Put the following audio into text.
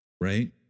right